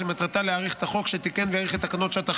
שמטרתה להאריך את החוק שתיקן והאריך את תקנות שעת החירום.